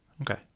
okay